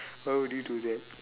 why would you do that